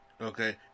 Okay